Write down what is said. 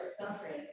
suffering